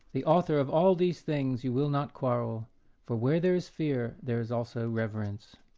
the author of all these things, you will not quarrel for where there is fear there is also reverence.